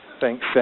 Thanks